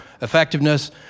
effectiveness